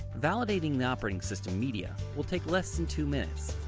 validating the operating system media will take less than two minutes.